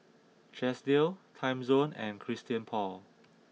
Chesdale Timezone and Christian Paul